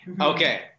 Okay